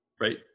right